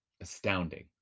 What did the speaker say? Astounding